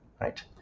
right